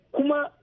kuma